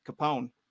Capone